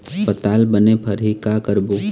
पताल बने फरही का करबो?